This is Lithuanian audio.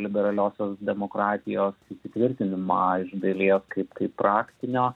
liberaliosios demokratijos įsitvirtinimą iš dalies kaip kaip praktinio